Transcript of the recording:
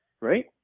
right